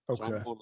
Okay